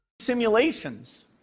Simulations